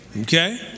Okay